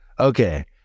Okay